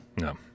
No